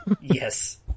Yes